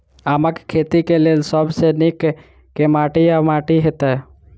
आमक खेती केँ लेल सब सऽ नीक केँ माटि वा माटि हेतै?